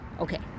Okay